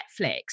Netflix